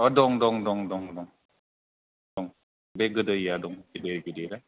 औ दं बे गोदैया दं गिदिर गिदिरा